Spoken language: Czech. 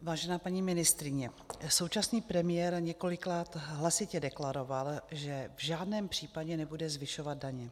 Vážená paní ministryně, současný premiér několikrát hlasitě deklaroval, že v žádném případě nebude zvyšovat daně.